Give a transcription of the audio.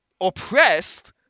oppressed